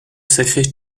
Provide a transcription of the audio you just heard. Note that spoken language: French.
sacrée